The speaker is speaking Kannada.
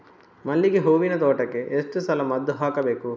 ಮಲ್ಲಿಗೆ ಹೂವಿನ ತೋಟಕ್ಕೆ ಎಷ್ಟು ಸಲ ಮದ್ದು ಹಾಕಬೇಕು?